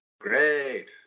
Great